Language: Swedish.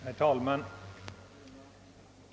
Herr talman!